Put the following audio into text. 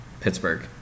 Pittsburgh